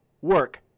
work